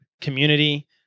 community